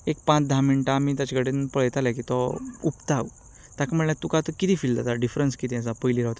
एक पांच धा मिनटां आमी ताचे कडेन पळयताले की तो उबता ताका म्हणलें तुका आतां कितें फील जाता डिफरंस कितें आसा पयलीं रावतालो तो